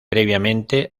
previamente